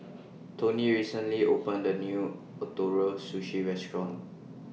Toney recently opened A New Ootoro Sushi Restaurant